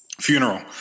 funeral